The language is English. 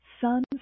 sun